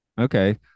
Okay